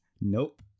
Nope